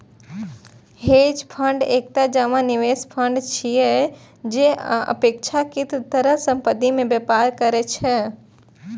hedge fund एकटा जमा निवेश फंड छियै, जे अपेक्षाकृत तरल संपत्ति मे व्यापार करै छै